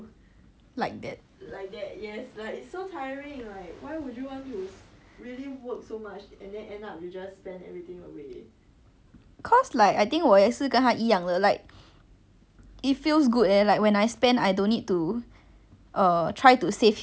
cause like I think 我也是跟他一样的 like it feels good leh like when I spend I don't need to err try to save a bit here save a bit there I rather like one shot I earn a lot then afterwards I can just buy whatever I want without thinking so much